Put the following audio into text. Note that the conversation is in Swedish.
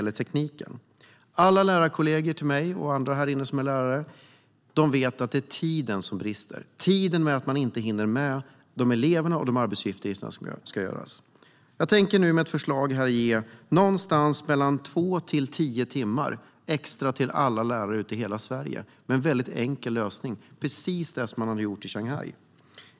Alla mina lärarkollegor och andra här inne som är lärare vet att det är tiden som brister. Man hinner inte med eleverna och sina arbetsuppgifter. Jag har ett förslag på en enkel lösning som ger mellan två och tio timmar extra till alla lärare - precis som i Shanghai.